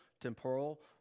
temporal